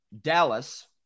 Dallas